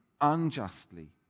unjustly